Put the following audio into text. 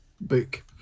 book